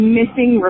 missing